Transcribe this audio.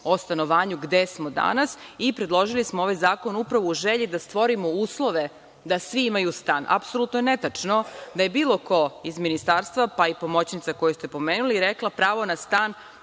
o stanovanju gde smo danas i predložili smo ovaj zakon upravo u želji da stvorimo uslove da svi imaju stan. Apsolutno je netačno da je bilo ko iz Ministarstva, pa i pomoćnika koju ste pomenuli rekla – pravo na stan